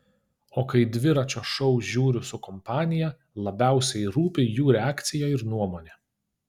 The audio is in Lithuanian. o kai dviračio šou žiūriu su kompanija labiausiai rūpi jų reakcija ir nuomonė